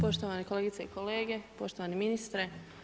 Poštovane kolegice i kolege, poštovani ministre.